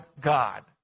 God